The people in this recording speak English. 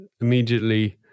immediately